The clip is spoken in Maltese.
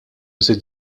sitt